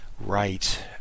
Right